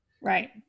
Right